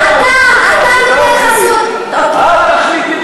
העם יעניש אותם, הבנתי.